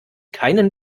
keinen